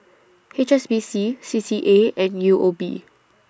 H S B C C C A and U O B